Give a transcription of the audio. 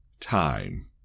time